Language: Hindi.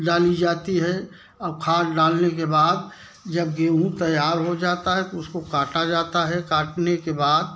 डाली जाती है अब खाद डालने के बाद जब गेहूँ तैयार हो जाता है उसको काटा जाता है काटने के बाद